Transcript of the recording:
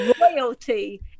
royalty